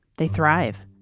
they thrive